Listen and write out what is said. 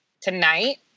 tonight